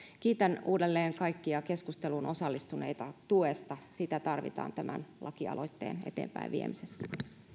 kiitän uudelleen kaikkia keskusteluun osallistuneita tuesta sitä tarvitaan tämän laki aloitteen eteenpäin viemisessä